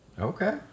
Okay